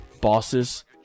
bosses